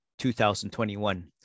2021